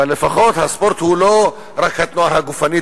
אבל לפחות הספורט הוא לא רק התנועה הגופנית,